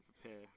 prepare